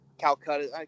Calcutta